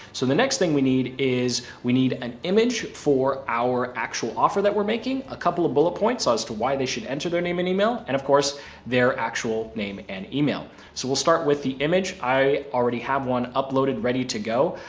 so the next thing we need is we need an image for our actual offer, that we're making a couple of bullet points as to why they should enter their name and email. and of course their actual name and email. so we'll start with the image. i already have one uploaded ready to go.